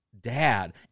dad